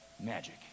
magic